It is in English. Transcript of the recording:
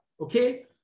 Okay